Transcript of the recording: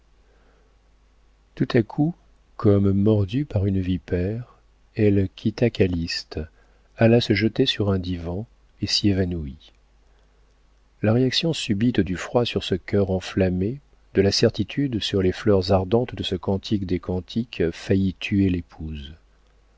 tout à coup comme mordue par une vipère elle quitta calyste alla se jeter sur un divan et s'y évanouit la réaction subite du froid sur ce cœur enflammé de la certitude sur les fleurs ardentes de ce cantique des cantiques faillit tuer l'épouse